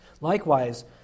Likewise